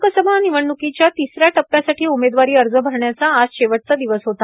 लोकसभा निवडणुकीच्या तिसऱ्या टप्प्यासाठी उमेदवारी अर्ज भरण्याचा आज शेवटचा दिवस होता